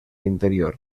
interior